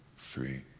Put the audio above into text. three,